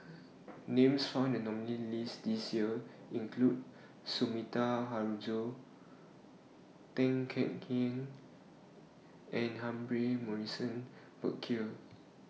Names found in The nominees' list This Year include Sumida Haruzo Tan Kek Hiang and Humphrey Morrison Burkill